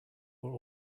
were